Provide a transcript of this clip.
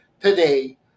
today